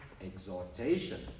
exhortation